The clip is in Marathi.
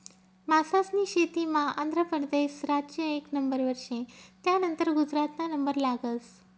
मासास्नी शेतीमा आंध्र परदेस राज्य एक नंबरवर शे, त्यानंतर गुजरातना नंबर लागस